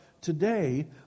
today